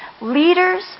leaders